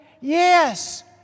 Yes